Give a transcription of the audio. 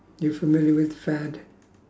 you familiar with fad